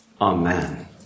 Amen